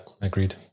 agreed